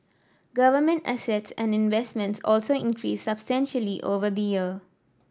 government assets and investments also increased substantially over the year